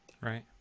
Right